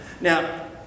Now